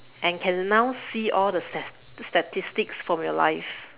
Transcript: and can now see all the stats the statistics from your life